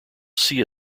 sea